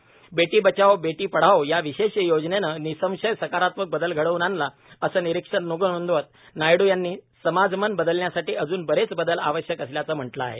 बेटी बचाओ बेटी पढ़ाओ या विशेष योजनेने निःसंशय सकारात्मक बदल घडवून आणला असे निरिक्षण नोंदवत नायडू यांनी समाजमन बदलण्यासाठी अजून बरेच बदल आवश्यक असल्याचे म्हटले आहे